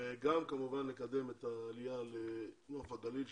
וגם כמובן לקדם את העלייה לנוף הגליל,